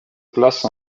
place